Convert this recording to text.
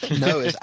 No